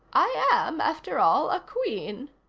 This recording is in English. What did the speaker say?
i am, after all, a queen,